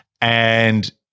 and-